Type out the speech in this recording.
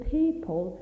people